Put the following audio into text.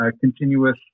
continuous